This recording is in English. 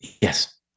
Yes